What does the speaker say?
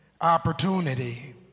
opportunity